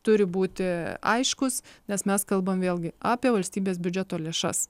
turi būti aiškūs nes mes kalbam vėlgi apie valstybės biudžeto lėšas